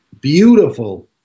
beautiful